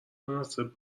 مناسب